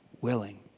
willing